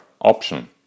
option